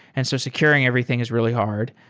and so securing everything is really hard.